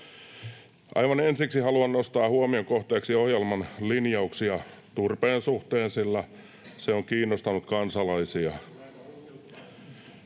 Aivan ensiksi haluan nostaa huomion kohteeksi ohjelman linjauksia turpeen suhteen, sillä se on kiinnostanut kansalaisia.